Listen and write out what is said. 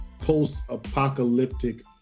post-apocalyptic